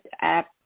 app